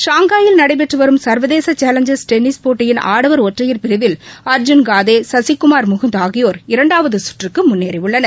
ஷாங்காய்யில் நடைபெற்று வரும் சர்வதேச சேவஞ்சர்ஸ் டென்னிஸ் போட்டியின் ஆடவர் ஒற்றையர் பிரிவில் அர்ஜூன் காதே சசிகுமார் முகுந்த் ஆகியோர் இரண்டாவது சுற்றுக்கு முன்னேறியுள்ளனர்